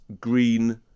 green